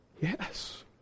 Yes